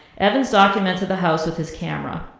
evans documented the house with his camera.